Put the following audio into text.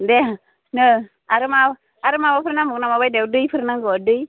दे नो आरो मा आरो माबाफोर नांबावगौ नामा बायदेव दैफोर नांगौ दै